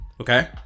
Okay